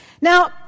Now